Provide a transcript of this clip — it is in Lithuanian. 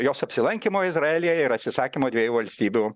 jos apsilankymo izraelyje ir atsisakymo dviejų valstybių